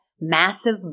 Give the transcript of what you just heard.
massive